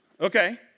Okay